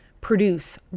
Produce